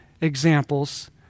examples